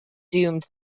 doomed